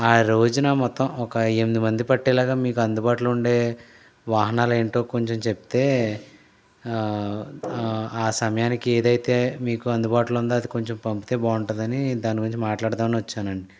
ఆ రోజున మొత్తం ఒక ఎనమిది మంది పట్టేలాగా మీకు అందుబాటులో ఉండే వాహనాలు ఏంటో కొంచెం చెప్తే సమయానికి ఏదైతే మీకు అందుబాటులో ఉందో అది కొంచెం పంపితే బాగుంటుందని దాని గురించి మాట్లాడదామని వచ్చానండి